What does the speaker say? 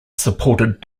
supported